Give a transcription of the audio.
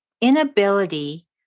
inability